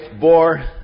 bore